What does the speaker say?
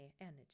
energy